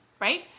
right